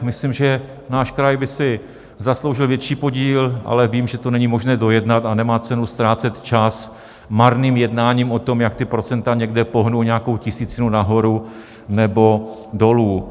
Myslím, že náš kraj by si zasloužil větší podíl, ale vím, že to není možné dojednat, a nemá cenu ztrácet čas marným jednáním o tom, jak procenta někde pohnout o nějakou tisícinu nahoru nebo dolů.